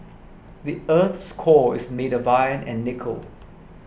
the earth's core is made of iron and nickel